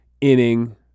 inning